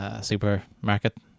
supermarket